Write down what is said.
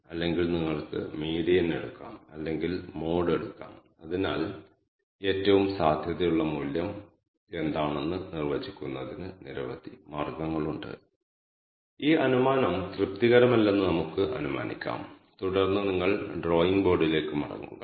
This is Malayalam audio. കെ മീൻസ് ക്ലസ്റ്ററിംഗ് അൽഗോരിതം വഴി നമ്മൾ ഉത്തരം തേടുകയാണ്